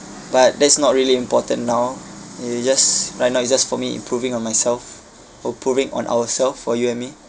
but that's not really important now it's just right now it's just for me improving on myself or proving on ourselves for you and me